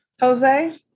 Jose